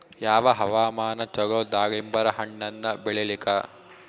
ಯಾವ ಹವಾಮಾನ ಚಲೋ ದಾಲಿಂಬರ ಹಣ್ಣನ್ನ ಬೆಳಿಲಿಕ?